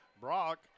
Brock